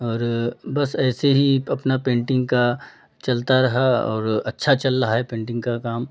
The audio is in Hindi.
और बस ऐसे ही अपना पेन्टिंग का चलता रहा और अच्छा चल रहा है पेन्टिंग का काम